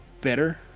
better